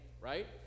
right